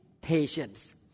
patience